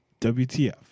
WTF